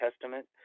Testament